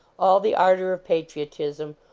all the ardor of patriotism,